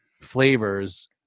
flavors